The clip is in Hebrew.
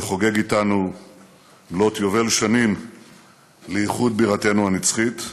שחוגג אתנו מלאות יובל שנים לאיחוד בירתנו הנצחית,